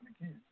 again